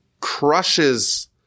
crushes